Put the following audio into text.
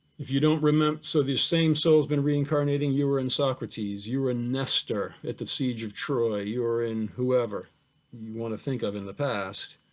if you don't remember, so the same soul has be reincarnating, you were in socrates, you were in nester at the siege of troy, you were in whoever you want to think of in the past,